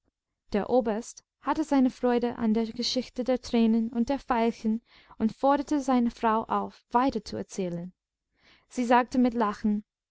der oberst hatte seine freude an der geschichte der tränen und der veilchen und forderte seine frau auf weiter zu erzählen sie sagte mit lachen